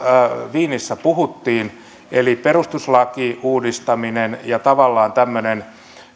wienissä puhuttiin eli perustuslakiuudistaminen ja tavallaan tämmöinen